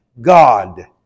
God